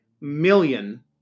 million